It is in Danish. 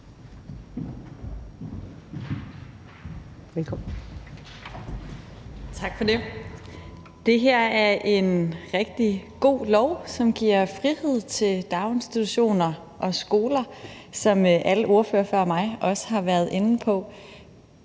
Rod (RV): Tak for det. Det her er en rigtig god lov, som giver frihed til daginstitutioner og skoler, som alle ordførere før mig også har været inde på.